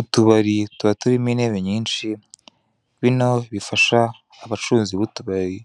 Utubari tuba turimo intebe nyinshi, bino bifasha abacuruzi b'utubari